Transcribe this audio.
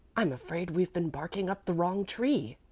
i'm afraid we've been barking up the wrong tree.